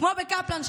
כמו בקפלן,